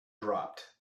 dropped